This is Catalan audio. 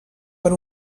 per